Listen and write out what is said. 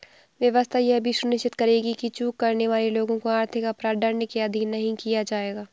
व्यवस्था यह भी सुनिश्चित करेगी कि चूक करने वाले लोगों को आर्थिक अपराध दंड के अधीन नहीं किया जाएगा